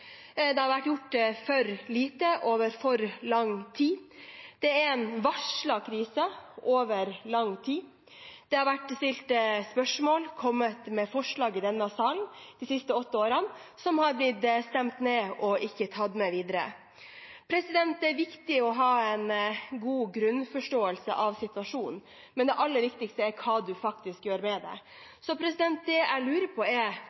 Det har vært gjort for lite over for lang tid. Det er en varslet krise over lang tid. De siste åtte årene er det blitt stilt spørsmål og fremmet forslag i denne salen som er blitt stemt ned og ikke tatt med videre. Det er viktig å ha en god grunnforståelse av situasjonen, men det aller viktigste er hva man faktisk gjør med den. Det jeg lurer på, er: